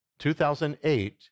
2008